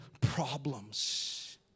problems